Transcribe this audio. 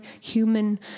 human